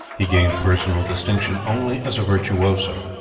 he gained personal distinction only as a virtuoso.